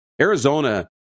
Arizona